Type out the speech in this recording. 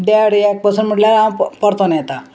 देड एक पसून म्हटल्यार हांव परतोन येतां